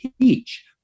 teach